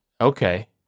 Okay